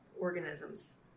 organisms